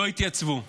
לא התייצבו.